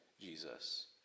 Jesus